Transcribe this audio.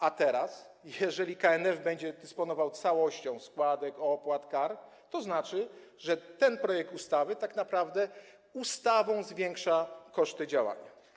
A teraz, jeżeli KNF będzie dysponował całością składek, opłat, kar, to znaczy, że ten projekt ustawy tak naprawdę zwiększa koszty działania.